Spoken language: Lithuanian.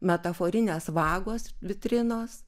metaforinės vagos vitrinos